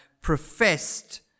professed